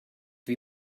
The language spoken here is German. wie